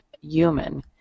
human